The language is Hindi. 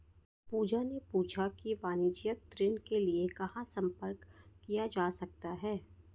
पूजा ने पूछा कि वाणिज्यिक ऋण के लिए कहाँ संपर्क किया जा सकता है?